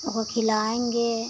ओका खिलाएँगे